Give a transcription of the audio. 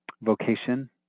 vocation